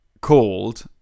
Called